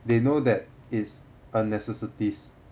they know that it's a necessities